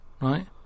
right